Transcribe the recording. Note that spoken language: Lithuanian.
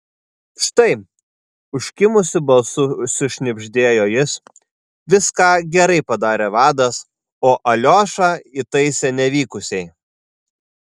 štai užkimusiu balsu sušnibždėjo jis viską gerai padarė vadas o aliošą įtaisė nevykusiai